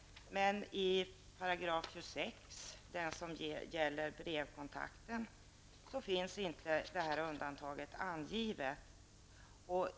Men i § 26, som gäller brevkontakt, finns inte detta undantag angivet.